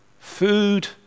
Food